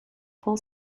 pull